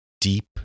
deep